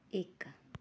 ਇੱਕ